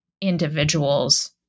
individuals